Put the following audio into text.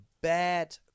bad